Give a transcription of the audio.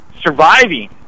surviving